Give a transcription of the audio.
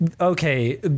Okay